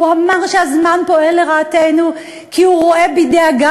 הוא אמר שהזמן פועל לרעתנו כי הוא רואה בדאגה,